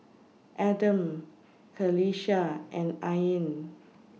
Adam Qalisha and Ain